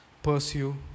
Pursue